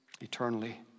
eternally